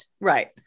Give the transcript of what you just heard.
Right